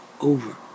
over